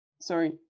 Sorry